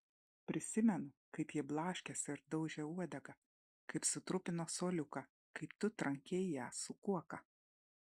prisimenu kaip ji blaškėsi ir daužė uodegą kaip sutrupino suoliuką kaip tu trankei ją su kuoka